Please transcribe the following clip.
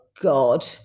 God